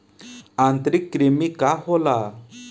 आंतरिक कृमि का होला?